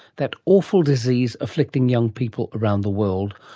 that awful disease afflicting young people around the world,